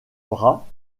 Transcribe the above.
bras